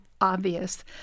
obvious